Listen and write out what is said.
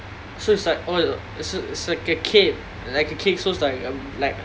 so it's like all the so it's like a cake like a cake so it's like a like